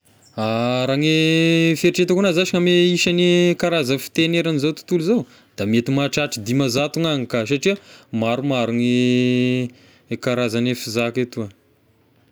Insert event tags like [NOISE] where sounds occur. [HESITATION] Raha gne fiheritreretako anazy zashy ame isagne karaza fitegny eran'ny izao tontolo izao da mety mahatratra dimanzato ny agny ka satria maromaro ny karazan'ny fizaka etoa.